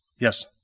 Yes